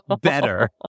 better